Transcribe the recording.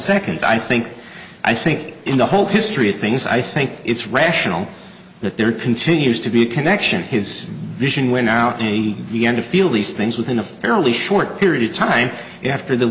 seconds i think i think in the whole history of things i think it's rational that there continues to be a connection his vision went out and began to feel these things within a fairly short period of time after the